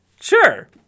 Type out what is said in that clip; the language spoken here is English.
Sure